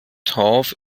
torf